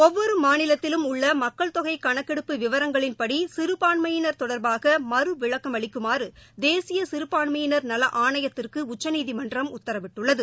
ஒவ்வொரு மாநிலத்திலும் உள்ள மக்கள் தொகை கணக்கெடுப்பு விவரங்களின்படி சிறுபான்மையினர் தொடர்பாக மறு விளக்கம் அளிக்குமாறு தேசிய சிறுபான்மையினர் நல ஆணையத்திற்கு உச்சநீதிமன்றம் உத்தரவிட்டுள்ளது